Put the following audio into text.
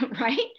right